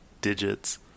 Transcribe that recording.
digits